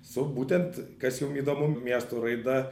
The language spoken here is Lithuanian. su būtent kas jum įdomu miestų raida